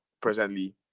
presently